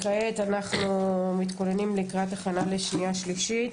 כעת אנחנו מתכוננים לקראת הכנה לקריאה שנייה ושלישית.